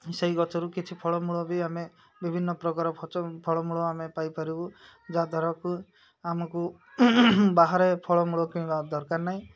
ସେଇ ଗଛରୁ କିଛି ଫଳମୂଳ ବି ଆମେ ବିଭିନ୍ନ ପ୍ରକାର ଫଳମୂଳ ଆମେ ପାଇପାରିବୁ ଯାହାଦ୍ୱାରାକୁ ଆମକୁ ବାହାରେ ଫଳମୂଳ କିଣିବା ଦରକାର ନାହିଁ